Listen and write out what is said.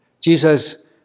Jesus